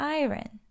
iron